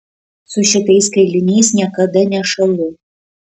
su šitais kailiniais niekada nešąlu